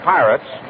Pirates